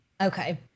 Okay